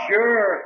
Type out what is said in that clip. Sure